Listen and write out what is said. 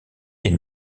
est